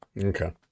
Okay